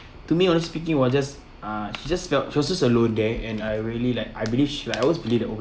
to me honestly speaking we're just uh she just felt she was alone there and I really like I believe she like I always believe that I